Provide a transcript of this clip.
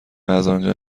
ازآنجا